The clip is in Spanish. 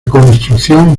construcción